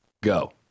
go